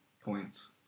points